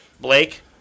Blake